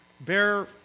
bear